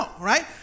Right